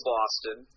Boston